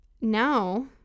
now